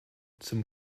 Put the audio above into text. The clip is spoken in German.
zum